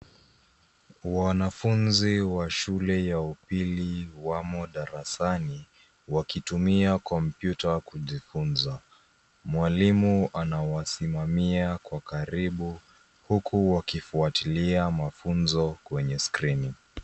Wanafunzi wa shule ya upili wamo darasani wakitumia kompyuta kujifunza. Mwalimu anawasimamia kwa karibu huku wakifuatilia mafunzo kwenye skrini.